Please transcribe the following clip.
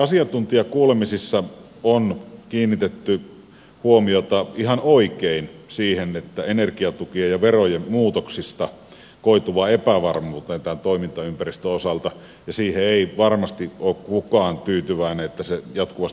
asiantuntijakuulemisissa on kiinnitetty huomiota ihan oikein energiatukien ja verojen muutoksista koituvaan epävarmuuteen tämän toimintaympäristön osalta ja siihen ei varmasti ole kukaan tyytyväinen että se jatkuvasti muuttuu